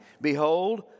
Behold